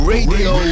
Radio